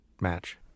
match